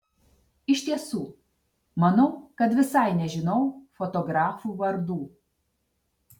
iš tiesų manau kad visai nežinau fotografų vardų